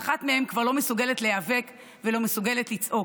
שאחת מהן כבר לא מסוגלת להיאבק ולא מסוגלת לצעוק.